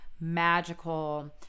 magical